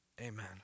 Amen